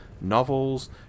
novels